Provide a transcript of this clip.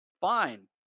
Fine